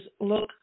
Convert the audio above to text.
look